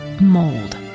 Mold